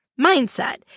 mindset